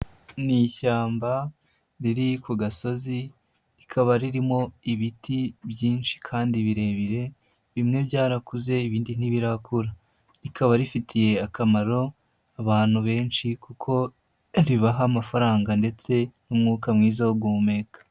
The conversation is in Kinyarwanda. Ni ishyamba, riri ku gasozi, rikaba ririmo ibiti byinshi kandi birebire, bimwe byarakuze ibindi ntibirakura. Rikaba rifitiye akamaro abantu benshi kuko ribaha amafaranga ndetse n'umwuka mwiza wo guhumeka.